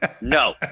No